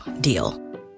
deal